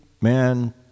man